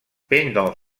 pendant